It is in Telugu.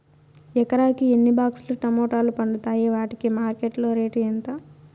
ఎకరాకి ఎన్ని బాక్స్ లు టమోటాలు పండుతాయి వాటికి మార్కెట్లో రేటు ఎంత?